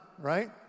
right